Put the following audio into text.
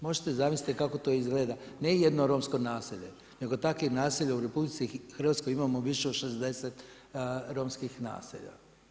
Možete zamisliti kako to izgleda, ne jedno romsko naselje nego takvih naselja u RH imamo više od 60 romskih naselja.